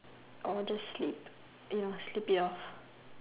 or just sleep you know sleep it off